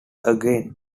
again